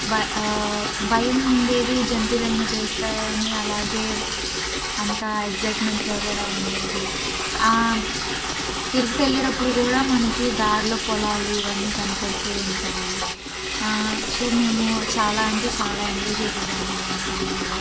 భయ భయం ఉండేది జంతువులు ఏమైనా చేస్తాయని అలాగే అంతా ఎక్సైట్మెంట్గా కూడా ఉండేది తిరుపతి వెళ్ళేటప్పుడు కూడా మనకి దారిలో పొలాలు ఇవన్నీ కనపడుతూ ఉంటాయి సో మేము చాలా అంటే చాలా ఎంజాయ్ చేసేసాము అలాంటి టైంలో